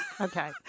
okay